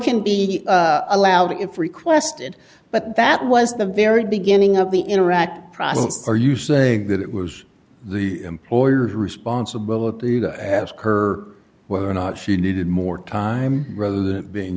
can be allowed if requested but that was the very beginning of the interact process are you saying that it was the employer's responsibility to ask her whether or not she needed more time rather than it being